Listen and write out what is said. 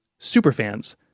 superfans